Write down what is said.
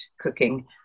cooking